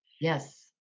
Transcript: yes